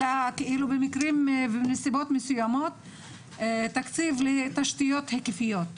אלא במקרים ובנסיבות מסוימות תקציב לתשתיות היקפיות.